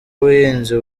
ubuhinzi